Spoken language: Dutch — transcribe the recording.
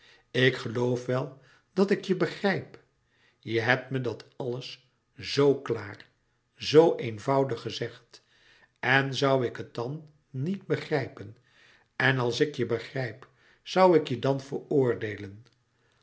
ik geloof wel dat ik je begrijp je hebt me dat alles zoo klaar zoo eenvoudig gezegd en zoû ik het dan niet begrijpen en als ik je begrijp zoû ik je dan veroordeelen